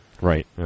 Right